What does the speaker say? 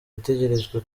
itegerejwe